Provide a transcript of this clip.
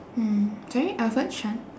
mm sorry alfred chan